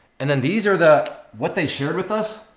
and then these are the what they shared with us.